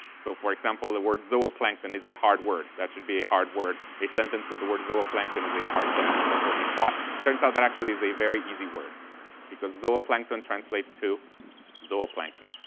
so, for example, the word zooplankton is a hard word. that should be a hard word. a sentence with the word zooplankton is a hard sentence. that's what we thought. turns out that actually is a very easy word because zooplankton translates to zooplankton.